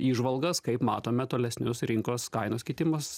įžvalgas kaip matome tolesnius rinkos kainų kitimus